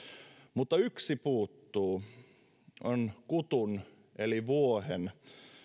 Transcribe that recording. mutta yksi puuttuu ja on kutun eli vuohen